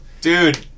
dude